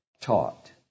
taught